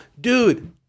dude